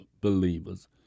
believers